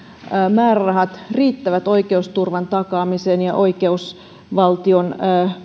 määrärahat riittävät oikeusturvan takaamiseen ja oikeusvaltion